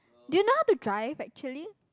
do you know how to drive actually